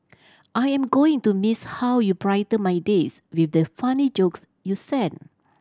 I am going to miss how you brighten my days with the funny jokes you sent